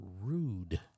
rude